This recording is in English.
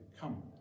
Come